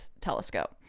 telescope